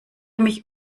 mich